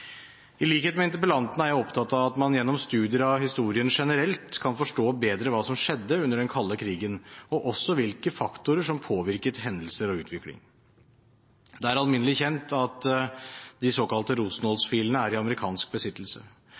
jeg opptatt av at man gjennom studier av historien generelt kan forstå bedre hva som skjedde under den kalde krigen, og også hvilke faktorer som påvirket hendelser og utvikling. Det er alminnelig kjent at de såkalte Rosenholz-filene er i amerikansk besittelse,